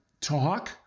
talk